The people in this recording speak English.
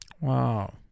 Wow